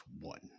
one